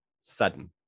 sudden